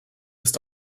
ist